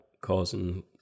causing